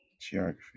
Geography